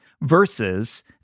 versus